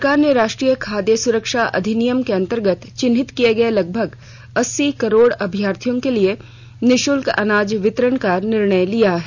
सरकार ने राष्ट्रीय खाद्य सुरक्षा अधिनियम के अन्तर्गत चिन्हित किए गए लगभग अस्सी करोड़ लाभार्थियों के लिए निशुल्क अनाज वितरण का निर्णय किया है